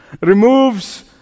removes